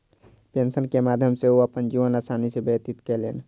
pension के माध्यम सॅ ओ अपन जीवन आसानी सॅ व्यतीत कयलैन